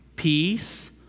peace